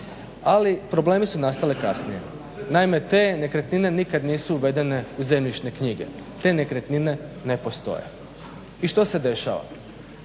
Ali problemi su nastali kasnije. Naime, te nekretnine nikad nisu uvedene u zemljišne knjige, te nekretnine ne postoje. I što se dešava?